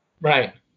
Right